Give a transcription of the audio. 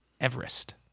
Everest